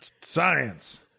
science